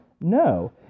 No